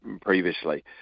previously